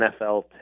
nfl